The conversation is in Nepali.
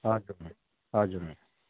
हजुर हजुर